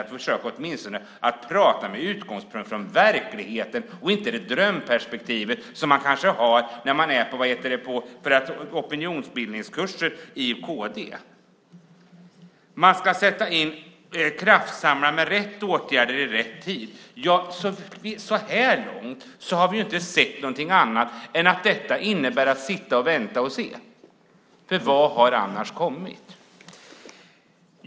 Hon borde åtminstone försöka prata med utgångspunkt från verkligheten och inte det drömperspektiv som man kanske har på opinionsbildningskurser i kd. Man ska kraftsamla med rätt åtgärder i rätt tid. Ja, så här långt har vi inte sett någonting annat än att detta innebär att sitta och vänta och se, för vad har annars kommit?